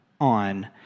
on